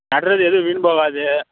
நடுறது எதுவும் வீண் போகாது